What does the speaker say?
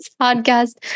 podcast